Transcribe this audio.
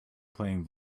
playing